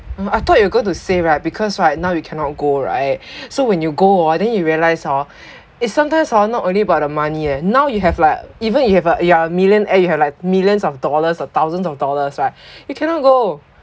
I thought you going to say right because right now you cannot go right so when you go ah then you realise hor it's sometimes hor not only about the money eh now you have like even if you have you're a millionaire you have like millions of dollars or thousands of dollars right you cannot go